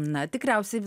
na tikriausiai